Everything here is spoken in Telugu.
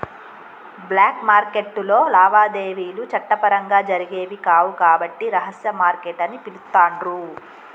బ్లాక్ మార్కెట్టులో లావాదేవీలు చట్టపరంగా జరిగేవి కావు కాబట్టి రహస్య మార్కెట్ అని పిలుత్తాండ్రు